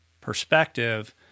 perspective